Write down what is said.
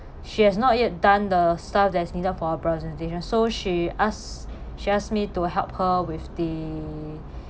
she has not yet done the stuff that is needed for her presentation so she asked she asked me to help her with the